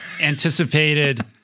anticipated